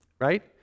right